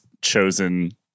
chosen